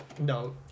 no